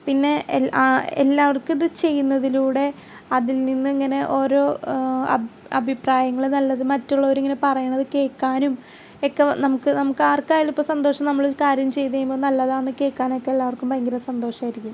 പിന്നെ എല്ലാ എല്ലാവർക്കും ഇത് ചെയ്യുന്നതിലൂടെ അതിൽ നിന്നിങ്ങനെ ഓരോ അഭി അഭിപ്രായങ്ങള് നല്ലത് മറ്റുള്ളവര് ഇങ്ങനെ പറയുന്നത് കേൾക്കാനും ഒക്കെ നമുക്ക് നമുക്കാർക്കായാലും ഇപ്പം സന്തോഷം നമ്മള് കാര്യം ചെയ്ത് കഴിയുമ്പോൾ നല്ലതാണെന്ന് കേൾക്കാൻ എല്ലാവർക്കും ഭയങ്കര സന്തോഷമായിരിക്കും